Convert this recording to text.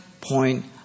point